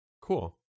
Cool